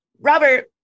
Robert